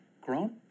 grown